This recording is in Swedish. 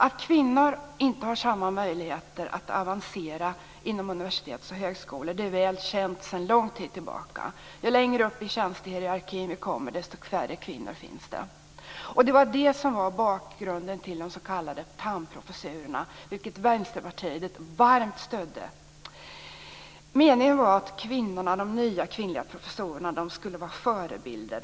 Att kvinnor inte har samma möjligheter att avancera inom universitet och högskolor är väl känt sedan lång tid tillbaka. Ju längre upp i tjänstehierarkin, desto färre kvinnor. Detta var bakgrunden till de s.k. Thamprofessurerna, som Vänsterpartiet varmt stödde. Meningen var att de nya kvinnliga professorerna skulle vara förebilder.